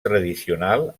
tradicional